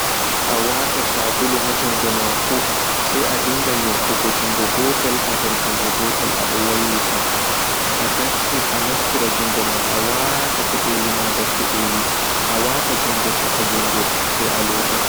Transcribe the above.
A heɓa nyeɓɓam a dinga wujugo haa jungo mai